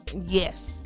Yes